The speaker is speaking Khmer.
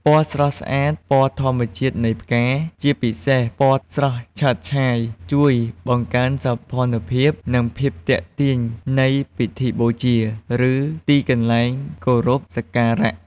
ពណ៌ស្រស់ស្អាត ពណ៌ធម្មជាតិនៃផ្កា ជាពិសេសពណ៌ស្រស់ឆើតឆាយ ជួយបង្កើនសោភ័ណភាព និងភាពទាក់ទាញនៃពិធីបូជា ឬទីកន្លែងគោរពសក្ការៈ។